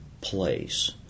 place